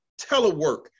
telework